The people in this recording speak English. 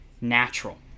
natural